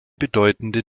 bedeutende